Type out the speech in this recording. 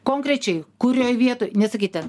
konkrečiai kurioj vietoj nesakyt ten